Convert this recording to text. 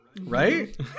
Right